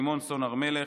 לימור סון הר מלך,